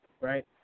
right